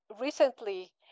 recently